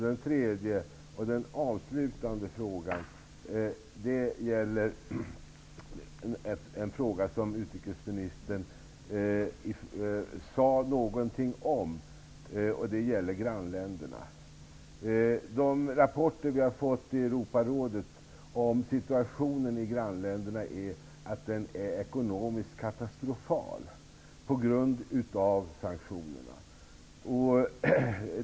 Den tredje och avslutande frågan gäller grannländerna -- utrikesministern sade någonting om dem. Enligt de rapporter som man har fått i Europarådet om situationen i grannländerna är det ekonomiska läget katastrofalt på grund av sanktionerna.